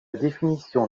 définition